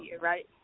right